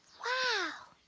wow!